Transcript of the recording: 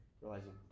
realizing